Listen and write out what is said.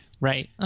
Right